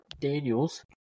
Daniels